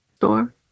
door